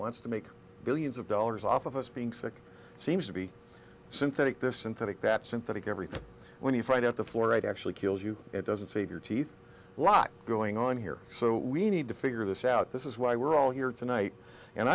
wants to make billions of dollars off of us being sick seems to be synthetic this synthetic that synthetic everything when you find out the fluoride actually kills you it doesn't save your teeth lot going on here so we need to figure this out this is why we're all here tonight and